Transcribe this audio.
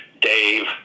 Dave